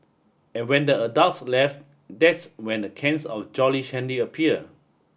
and when the adults left that's when the cans of Jolly Shandy appear